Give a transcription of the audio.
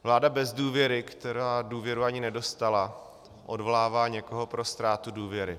Vláda bez důvěry, která důvěru ani nedostala, odvolává někoho pro ztrátu důvěry.